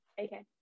Okay